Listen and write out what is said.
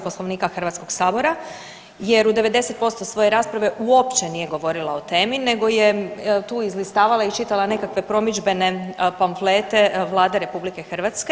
Poslovnika Hrvatskog sabora jer u 90% svoje rasprave uopće nije govorila o temi nego je tu izlistavala i čitala nekakve promidžbene pamflete Vlade RH.